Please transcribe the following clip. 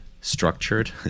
structured